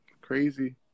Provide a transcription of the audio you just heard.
crazy